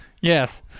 Yes